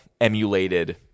emulated